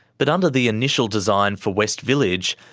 but under the initial design for west village,